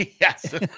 Yes